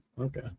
Okay